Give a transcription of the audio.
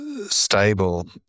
stable